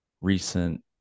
recent